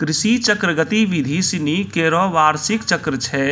कृषि चक्र गतिविधि सिनी केरो बार्षिक चक्र छै